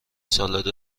سالاد